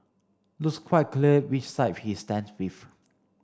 looks quite clear which side he stands with